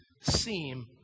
seem